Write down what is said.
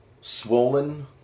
swollen